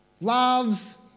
loves